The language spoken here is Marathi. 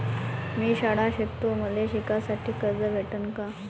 मी शाळा शिकतो, मले शिकासाठी कर्ज भेटन का?